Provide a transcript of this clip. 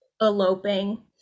eloping